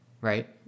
right